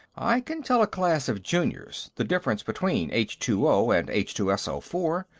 i can tell a class of juniors the difference between h two o and h two so four,